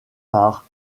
par